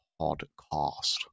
Podcast